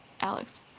Alex